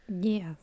Yes